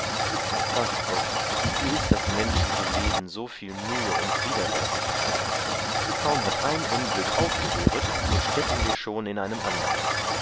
ach gott wie ist das menschliche leben so viel mühe und widerwärtigkeit kaum hat ein unglück aufgehöret so stecken wir schon in einem andern